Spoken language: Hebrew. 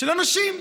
של הנשים.